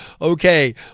okay